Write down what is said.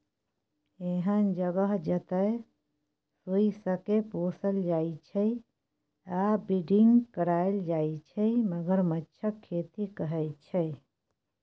एहन जगह जतय सोंइसकेँ पोसल जाइ छै आ ब्रीडिंग कराएल जाइ छै मगरमच्छक खेती कहय छै